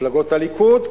מפלגות הליכוד,